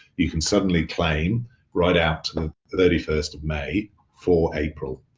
you can suddenly claim right out of thirty first of may for april.